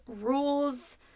rules